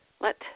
let